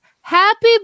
happy